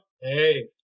Hey